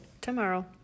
Tomorrow